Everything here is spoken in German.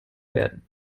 werden